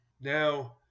Now